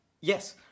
Yes